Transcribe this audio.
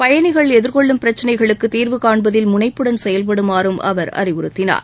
பயனிகள் எதிர்கொள்ளும் பிரச்னைகளுக்கு தீர்வு காண்பதில் முனைப்புடன் செயல்படுமாறும் அவர் அறிவுறுத்தினார்